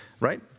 Right